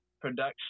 production